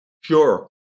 Sure